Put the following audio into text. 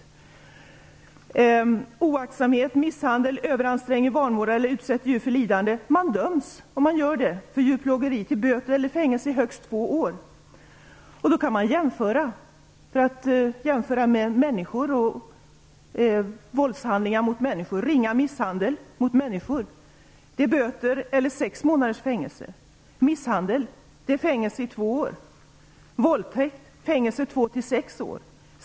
Vid oaktsamhet, misshandel, överansträngning eller vanvård som utsätter djur för lidande döms man för djurplågeri till böter eller fängelse i högst två år. Det kan man jämföra med påföljder för våldshandlingar mot människor. Ringa misshandel mot människor ger böter eller sex månaders fängelse. Misshandel ger fängelse i två år. Våldtäkt ger fängelse två till sex år.